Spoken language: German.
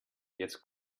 jetzt